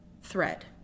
thread